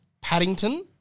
Paddington